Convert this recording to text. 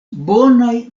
bonaj